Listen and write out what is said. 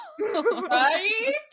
right